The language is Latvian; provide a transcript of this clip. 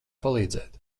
palīdzēt